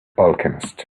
alchemist